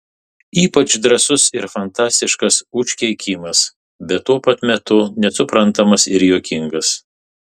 ypač drąsus ir fantastiškas užkeikimas bet tuo pat metu nesuprantamas ir juokingas